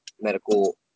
medical